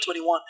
21